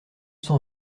cent